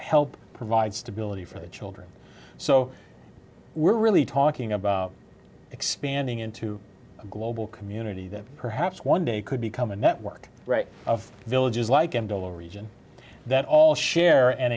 help provide stability for the children so we're really talking about expanding into a global community that perhaps one day could become a network of villages like and all the region that all share an